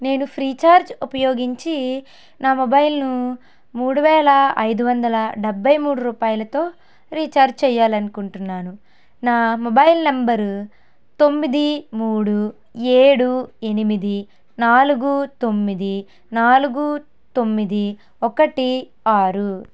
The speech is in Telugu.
నేను ఫ్రీఛార్జ్ ఉపయోగించి నా మొబైల్ను మూడు వేల ఐదు వందల డెబ్బై మూడు రూపాయలతో రీఛార్జ్ చెయ్యాలనుకుంటున్నాను నా మొబైల్ నంబర్ తొమ్మిది మూడు ఏడు ఎనిమిది నాలుగు తొమ్మిది నాలుగు తొమ్మిది ఒకటి ఆరు